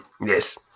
Yes